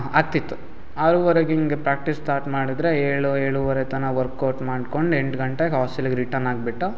ಆಗ್ತಿತ್ತು ಆರೂವರೆಗೆ ಹಿಂಗ್ ಪ್ರಾಕ್ಟೀಸ್ ಸ್ಟಾರ್ಟ್ ಮಾಡಿದ್ರೆ ಏಳು ಏಳೂವರೆ ತನಕ ವರ್ಕೌಟ್ ಮಾಡ್ಕೊಂಡು ಎಂಟು ಗಂಟೆಗೆ ಹಾಸ್ಟೆಲಿಗೆ ರಿಟರ್ನ್ ಆಗಿಬಿಟ್ಟು